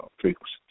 frequencies